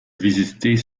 visiter